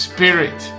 Spirit